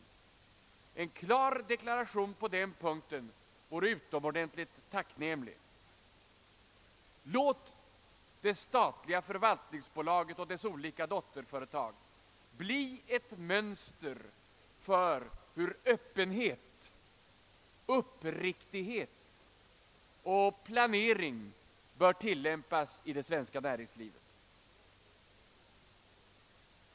En bestämd deklaration på den punkten vore utomordentligt tacknämlig. Låt det statliga förvaltningsbolaget och dess olika dotterföretag bli ett mönster för den öppenhet, uppriktighet och planering som bör tilllämpas i det svenska näringslivet.